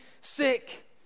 sick